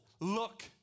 look